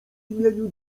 imieniu